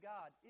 God